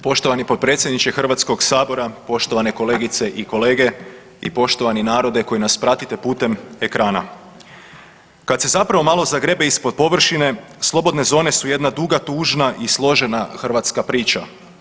Poštovani potpredsjedničke Hrvatskog sabora, poštovane kolegice i kolege i poštovani narode koji nas pratite putem ekrana, kad se zapravo malo zagrebe ispod površine slobodne zone su jedna duga, tužna i složena hrvatska priča.